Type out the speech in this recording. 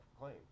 claim